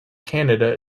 canada